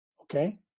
okay